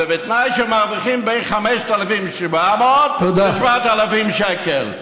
ובתנאי שמרוויחים בין 5,700 ל-7,000 שקל.